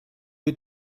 you